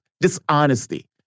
dishonesty